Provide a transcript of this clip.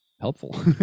helpful